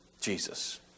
Jesus